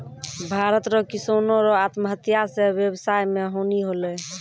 भारत रो किसानो रो आत्महत्या से वेवसाय मे हानी होलै